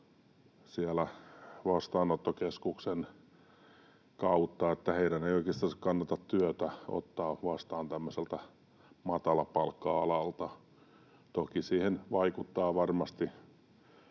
rahaa vastaanottokeskuksen kautta, että heidän ei oikeastansa kannata työtä ottaa vastaan tämmöiseltä matalapalkka-alalta. Toki siihen vaikuttaa varmasti